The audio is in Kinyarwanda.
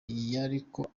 yariko